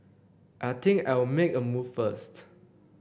I think I'll make a move first